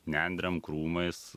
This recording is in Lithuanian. nendrėm krūmais